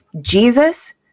Jesus